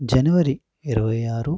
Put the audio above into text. జనవరి ఇరవై ఆరు